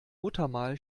muttermal